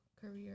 career